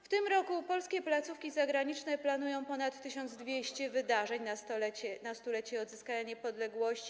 W tym roku polskie placówki zagraniczne planują ponad 1200 wydarzeń na 100-lecie odzyskania niepodległości.